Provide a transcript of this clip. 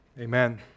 Amen